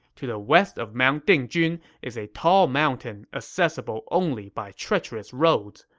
to the west of mount dingjun is a tall mountain accessible only by treacherous roads,